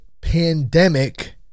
pandemic